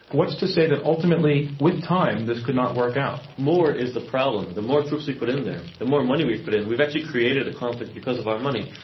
what's to say that ultimately with time this could not work out? more is the problem, the more troops we put in there, the more money we've put in, we've actually created a conflict because of our money.